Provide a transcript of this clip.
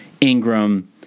Ingram